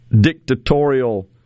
dictatorial